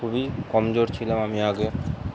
খুবই কমজোর ছিলাম আমি আগে